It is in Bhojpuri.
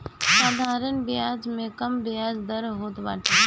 साधारण बियाज में कम बियाज दर होत बाटे